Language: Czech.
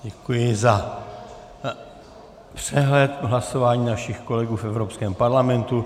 Děkuji za přehled o hlasování našich kolegů v Evropském parlamentu.